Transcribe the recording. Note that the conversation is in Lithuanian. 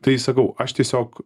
tai sakau aš tiesiog